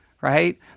Right